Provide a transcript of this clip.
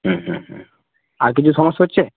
হুম হুম হুম আর কিছু সমস্যা হচ্ছে